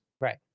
right